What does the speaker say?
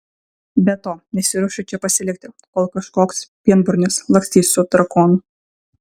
be to nesiruošiu čia pasilikti kol kažkoks pienburnis lakstys su drakonu